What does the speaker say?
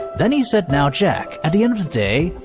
then he said, now jack, at the end of day,